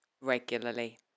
regularly